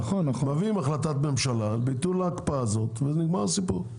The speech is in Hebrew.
מביאים החלטת ממשלה על ביטול ההקפאה הזאת ונגמר הסיפור.